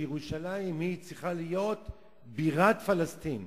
שירושלים צריכה להיות בירת פלסטין.